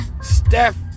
Steph